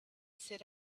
sit